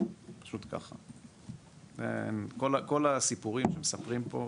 פשוט ככה, כל הסיפורים שמספרים פה,